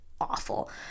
awful